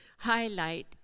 Highlight